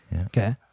Okay